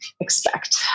expect